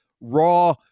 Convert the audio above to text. raw